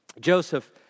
Joseph